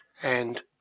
and,